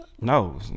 no